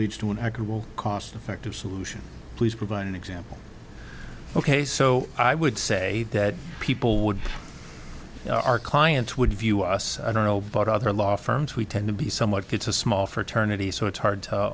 leads to an actual cost effective solution please provide an example ok so i would say that people would our clients would view us i don't know but other law firms we tend to be somewhat it's a small fraternity so it's hard to